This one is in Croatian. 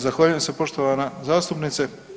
Zahvaljujem se poštovana zastupnice.